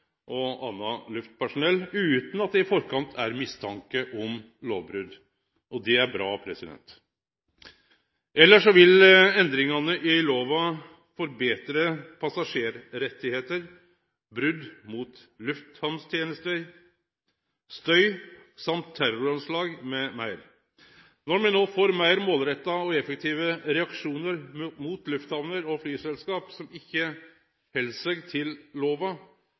og anna luftpersonell utan at det på førehand er mistanke om lovbrot. Det er bra. Elles vil endringane i lova forbetre passasjerrettar, brot mot lufthamntenester, støy og terroranslag m.m. Når me no får meir målretta og effektive reaksjonar mot lufthamner og flyselskap som ikkje held seg til lova,